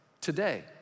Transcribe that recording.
today